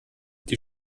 die